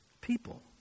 people